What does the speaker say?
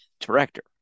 director